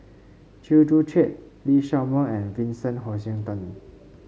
Chew Joo Chiat Lee Shao Meng and Vincent Hoisington